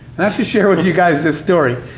and i have to share with you guys this story,